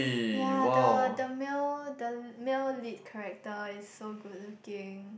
yea the the male the male lead character is so good looking